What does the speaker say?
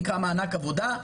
נקרא "מענק עבודה",